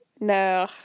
No